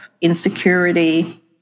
insecurity